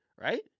Right